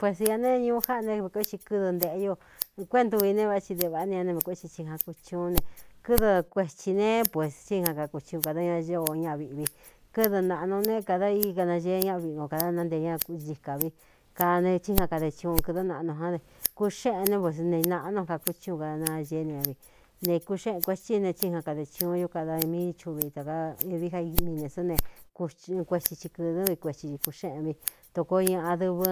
Pues ña nēé ñuú jáꞌan né vi kué xi kɨ́dɨ ntēꞌe io kuéꞌ ntuvi ne vá tsi devāꞌá ni ña ne mekuétsi i jan kutuún ne kɨdɨ kuetsī ne pues tíjan akutiun kāda ña o ñaꞌ viꞌvi kɨ́dɨ nāꞌnu nē kāda íkanañee ñáꞌ viꞌ ko kāda nántee ña cikā vi kāne chíjan kade cuꞌun kɨ̄dɨ́n naꞌnu jan e kúxéꞌen né pues neināꞌnu kakútsiun kada nañeé ni ña vi ne kūxeꞌen kuētí ne tsíjan kade cuun ñú kada míi chuvi tā ka īvií amii ne sá ne kuethi i kɨ̄̄dɨ́n vi kuethi i kūxéꞌen vi tokoo ñaꞌa dɨvɨ